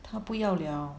他不要了